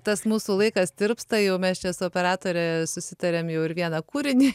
tas mūsų laikas tirpsta jau mes čia su operatore susitarėm jau ir vieną kūrinį